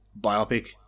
biopic